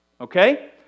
Okay